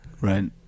Right